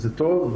זה טוב,